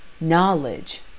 knowledge